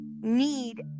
need